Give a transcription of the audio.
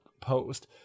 post